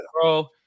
bro